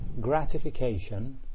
gratification